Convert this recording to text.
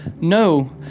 no